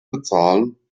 bezahlen